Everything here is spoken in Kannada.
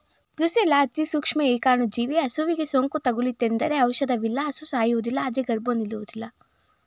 ಬ್ರುಸೆಲ್ಲಾ ಅತಿಸೂಕ್ಷ್ಮ ಏಕಾಣುಜೀವಿ ಹಸುವಿಗೆ ಸೋಂಕು ತಗುಲಿತೆಂದರೆ ಔಷಧವಿಲ್ಲ ಹಸು ಸಾಯುವುದಿಲ್ಲ ಆದ್ರೆ ಗರ್ಭ ನಿಲ್ಲುವುದಿಲ್ಲ